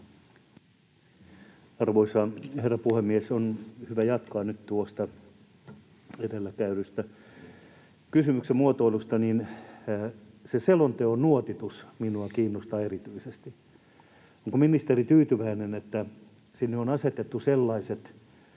Arvoisa herra puhemies! On hyvä jatkaa nyt tuosta edellä käydystä kysymyksen muotoilusta. Se selonteon nuotitus minua kiinnostaa erityisesti. Onko ministeri tyytyväinen, että sinne on asetettu sellaiset